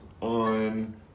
on